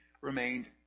remained